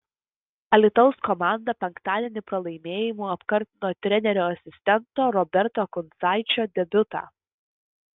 alytaus komanda penktadienį pralaimėjimu apkartino trenerio asistento roberto kuncaičio debiutą